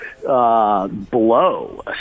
blow